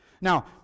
Now